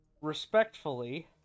respectfully